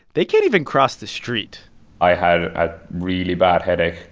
they can't even cross the street i had a really bad headache.